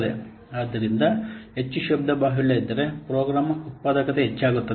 ಆದ್ದರಿಂದ ಹೆಚ್ಚು ಶಬ್ದ ಬಾಹುಳ್ಯ ಇದ್ದರೆ ಪ್ರೋಗ್ರಾಮರ್ ಉತ್ಪಾದಕತೆಯು ಹೆಚ್ಚಾಗುತ್ತದೆ